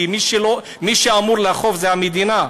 כי מי שאמור לאכוף זה המדינה,